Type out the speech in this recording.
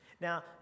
Now